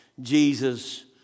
Jesus